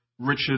Richard